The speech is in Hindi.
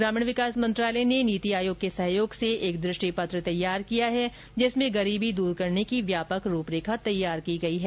ग्रामीण विकास मंत्रालय ने नीति आयोग के सहायोग से एक दृष्टि पत्र तैयार किया है जिसमें गरीबी दूर करने की व्यापक रूपरेखा तैयार की गई है